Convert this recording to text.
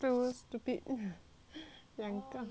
两个